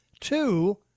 Two